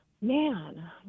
Man